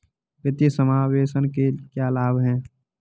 वित्तीय समावेशन के क्या लाभ हैं?